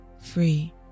free